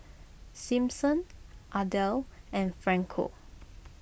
Simpson Adel and Franco